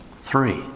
Three